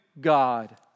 God